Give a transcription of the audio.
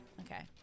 Okay